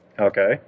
Okay